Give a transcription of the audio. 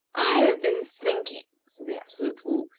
i have been thinking, said the absolute fool,